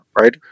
right